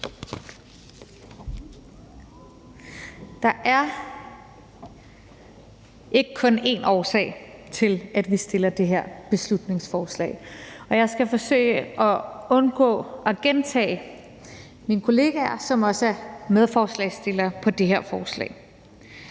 Der er ikke kun én årsag til, at vi fremsætter det her beslutningsforslag. Og jeg skal forsøge at undgå at gentage mine kollegaer, som også er medforslagsstillere på det her forslag.